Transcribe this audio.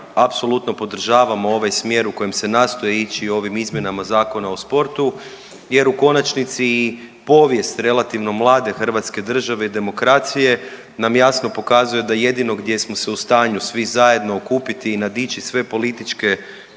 apsolutno podržavamo ovaj smjer u kojem se nastoji ići ovim izmjenama Zakona o sportu, jer u konačnici i povijest relativno mlade Hrvatske države i demokracije nam jasno pokazuje da jedino gdje smo se u stanju svi zajedno okupiti i nadići sve političke